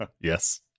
yes